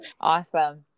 Awesome